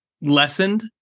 lessened